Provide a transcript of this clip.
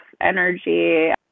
energy